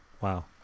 Wow